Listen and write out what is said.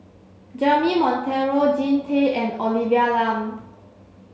Jeremy Monteiro Jean Tay and Olivia Lum